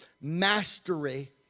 mastery